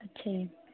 ਅੱਛਾ ਜੀ